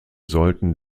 sollten